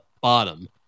bottom